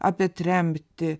apie tremtį